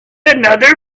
another